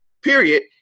period